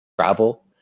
travel